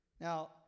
Now